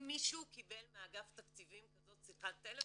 אם מישהו קיבל מאגף תקציבים כזאת שיחת טלפון,